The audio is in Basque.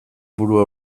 burua